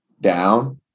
down